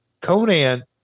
Conan